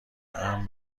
امن